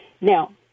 Now